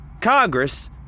Congress